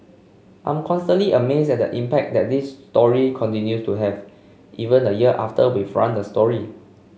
I'm constantly amazed at the impact that this story continues to have even a year after we've run the story